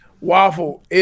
Waffle